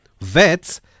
vets